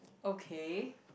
okay